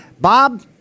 Bob